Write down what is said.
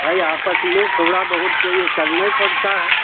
भाई आपस में थोड़ा बहुत तो यह करना ही पड़ता है